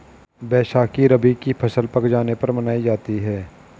बैसाखी रबी की फ़सल पक जाने पर मनायी जाती है